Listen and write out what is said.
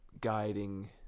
guiding